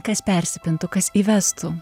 kas persipintų kas įvestų